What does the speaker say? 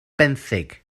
benthyg